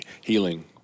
Healing